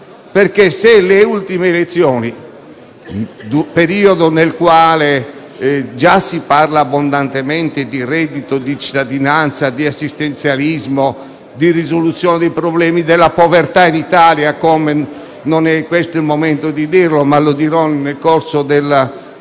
con le ultime elezioni, periodo nel quale già si è parlato abbondantemente di reddito di cittadinanza, di assistenzialismo, di risoluzione dei problemi della povertà in Italia (ma non è questo il momento di affrontare questo tema